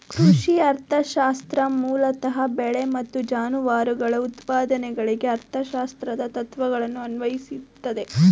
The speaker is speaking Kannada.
ಕೃಷಿ ಅರ್ಥಶಾಸ್ತ್ರ ಮೂಲತಃ ಬೆಳೆ ಮತ್ತು ಜಾನುವಾರುಗಳ ಉತ್ಪಾದನೆಗಳಿಗೆ ಅರ್ಥಶಾಸ್ತ್ರದ ತತ್ವಗಳನ್ನು ಅನ್ವಯಿಸ್ತದೆ